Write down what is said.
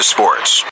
Sports